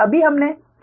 अभी हमने चर्चा की है